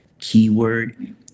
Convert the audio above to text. keyword